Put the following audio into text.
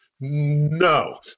no